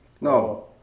No